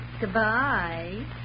Goodbye